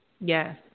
Yes